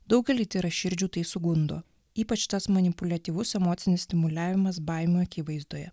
daugelį tyraširdžių tai sugundo ypač tas manipuliatyvus emocinis stimuliavimas baimių akivaizdoje